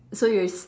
so you're